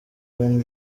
rain